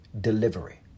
delivery